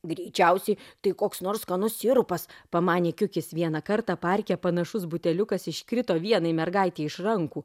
greičiausiai tai koks nors skanus sirupas pamanė kiukis vieną kartą parke panašus buteliukas iškrito vienai mergaitei iš rankų